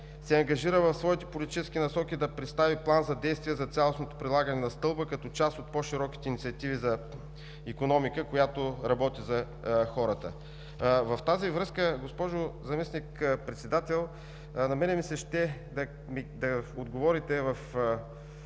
се ангажира в своите политически насоки да представи план за действие за цялостното прилагане на Стълба като част от по широките инициативи за икономика, която работи за хората. В тази връзка, госпожо Заместник-председател, на мен ми се иска във